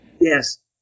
Yes